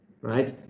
right